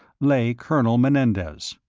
lay colonel menendez.